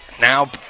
Now